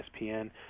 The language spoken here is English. ESPN